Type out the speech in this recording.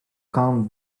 can’t